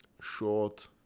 short